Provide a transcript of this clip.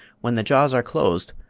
when the jaws are closed,